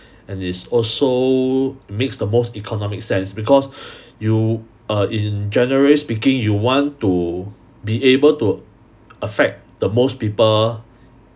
and it's also makes the most economic sense because you err in generally speaking you want to be able to affect the most people